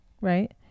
right